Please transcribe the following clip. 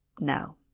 no